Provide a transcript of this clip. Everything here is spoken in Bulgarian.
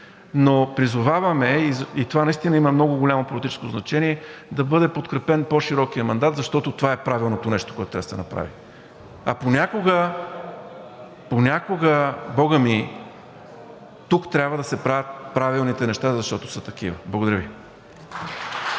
но призоваваме, и това наистина има много голямо политическо значение, да бъде подкрепен по-широкият мандат, защото това е правилното нещо, което трябва да се направи. А понякога, бога ми, тук трябва да се правят правилните неща, защото са такива. Благодаря Ви.